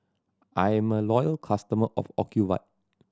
I'm a loyal customer of Ocuvite